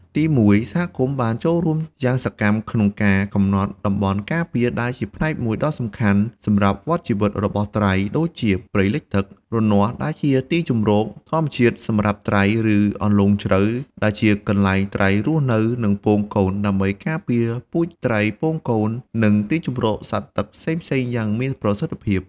ទីមួយ សហគមន៍បានចូលរួមយ៉ាងសកម្មក្នុងការ កំណត់តំបន់ការពារ ដែលជាផ្នែកមួយដ៏សំខាន់សម្រាប់វដ្តជីវិតរបស់ត្រី ដូចជា ព្រៃលិចទឹក រនាស់ ដែលជាទីជម្រកធម្មជាតិសម្រាប់ត្រី ឬ អន្លង់ជ្រៅ ដែលជាកន្លែងត្រីរស់នៅ និងពងកូន ដើម្បីការពារពូជត្រីពងកូន និងទីជម្រកសត្វទឹកផ្សេងៗយ៉ាងមានប្រសិទ្ធភាព។